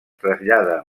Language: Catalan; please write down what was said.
trasllada